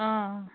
অঁ